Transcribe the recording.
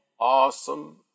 awesome